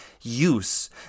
use